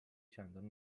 چندان